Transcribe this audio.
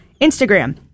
Instagram